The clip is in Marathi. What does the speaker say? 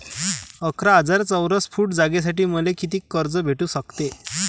अकरा हजार चौरस फुट जागेसाठी मले कितीक कर्ज भेटू शकते?